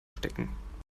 stecken